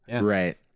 Right